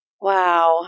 Wow